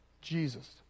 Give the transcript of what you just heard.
Jesus